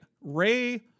Ray